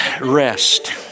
Rest